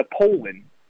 Poland